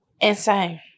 insane